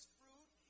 fruit